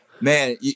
man